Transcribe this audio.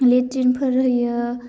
latrine फोर होयो